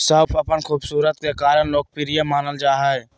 सौंफ अपन खुशबू के कारण लोकप्रिय मानल जा हइ